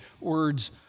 words